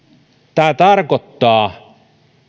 tämä tarkoittaa